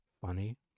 funny